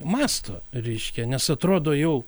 mąsto reiškia nes atrodo jau